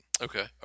Okay